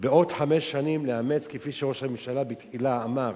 בעוד חמש שנים לאמץ, כפי שראש הממשלה בתחילה אמר: